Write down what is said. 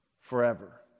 forever